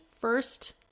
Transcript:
first